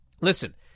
Listen